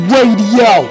Radio